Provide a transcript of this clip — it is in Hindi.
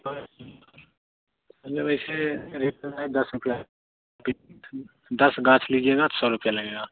मतलब ऐसे रेट तो है दस रुपये दस गाँच लीजिएगा तो सौ रुपये लगेंगे